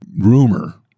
rumor